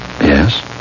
Yes